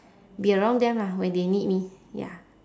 be around them lah when they need me ya